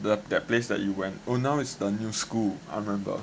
that that place that you went [poh] now it's a new school I remember